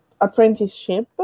apprenticeship